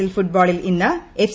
L ഫുട്ബോളിൽ ഇന്ന് F